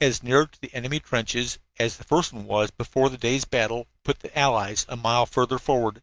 as near to the enemy trenches as the first one was before the day's battle put the allies a mile further forward.